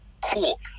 Cool